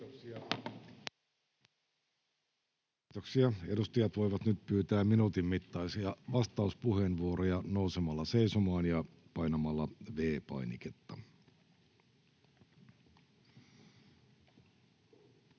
Kiitoksia. — Edustajat voivat nyt pyytää minuutin mittaisia vastauspuheenvuoroja nousemalla seisomaan ja painamalla V-painiketta.